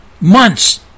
months